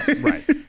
Right